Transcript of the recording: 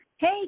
Hey